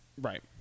Right